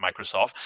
Microsoft